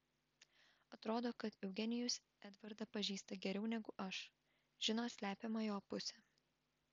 atrodo kad eugenijus edvardą pažįsta geriau negu aš žino slepiamą jo pusę